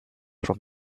from